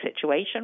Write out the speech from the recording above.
situation